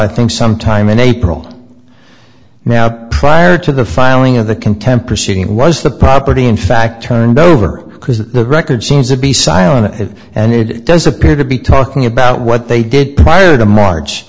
i think sometime in april now prior to the filing of the contempt proceedings was the property in fact turned over because the record seems to be silent and it does appear to be talking about what they did prior to march